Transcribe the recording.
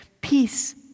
Peace